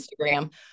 Instagram